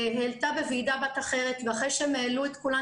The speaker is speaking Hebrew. העלתה בוועידה בת אחרת ואחרי שהן העלו את כולן